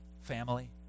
Family